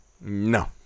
No